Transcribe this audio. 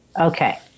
Okay